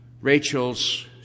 Rachel's